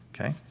Okay